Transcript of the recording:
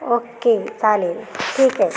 okay चालेल ठीक आहे